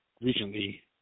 recently